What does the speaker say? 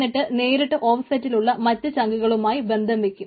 എന്നിട്ട് നേരിട്ട് ഓഫ് സെറ്റിലുള്ള മറ്റ് ചങ്കുകളുമായി ബന്ധം വയ്ക്കാം